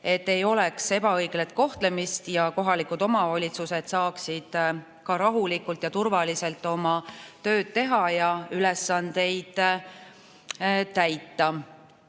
ei ole ebaõiglast kohtlemist ja kohalikud omavalitsused saavad rahulikult ja turvaliselt oma tööd teha ja neid ülesandeid täita.